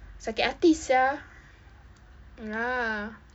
sakit hati sia ya